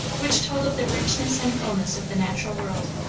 which told of the richness and fullness of the natural world.